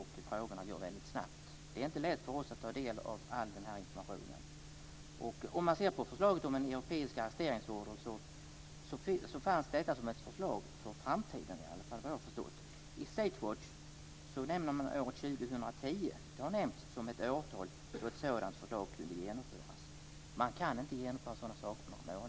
Utvecklingen går väldigt snabbt. Det är inte lätt för oss att ta del av all information. Såvitt jag har förstått var förslaget om en europeisk arresteringsorder tänkt för framtiden. State Watch nämner året 2010 som en tidpunkt för när ett sådant förslag kan genomföras. Man kan inte genomföra ett förslag av den typen på en